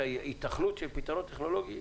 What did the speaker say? אבל ההיתכנות של פתרונות טכנולוגיים